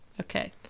Okay